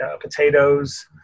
potatoes